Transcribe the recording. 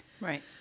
Right